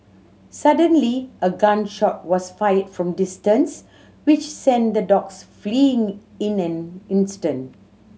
suddenly a gun shot was fired from distance which sent the dogs fleeing in an instant